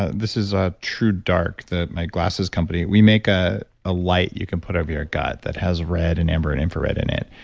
ah this is ah truedark, my glasses company. we make a ah light you can put over your gut that has red and amber and infrared in it.